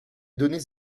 données